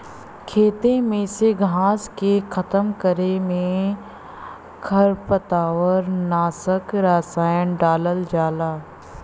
खेते में से घास के खतम करे में खरपतवार नाशक रसायन डालल जाला